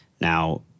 Now